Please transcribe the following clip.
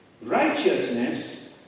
righteousness